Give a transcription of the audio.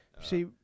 See